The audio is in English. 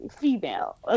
female